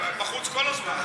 הם בחוץ כל הזמן,